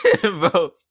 Bro